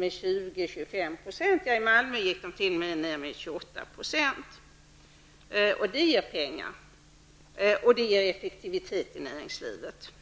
med 20--25 %. I Malmö har de gått ned med 28 %. Det ger pengar, och det skapar effektivitet i näringslivet.